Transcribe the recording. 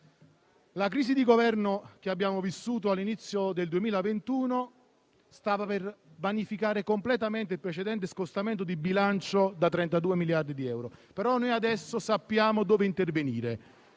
La crisi di Governo che abbiamo vissuto all'inizio del 2021 stava per vanificare completamente il precedente scostamento di bilancio da 32 miliardi di euro. Adesso sappiamo però dove intervenire.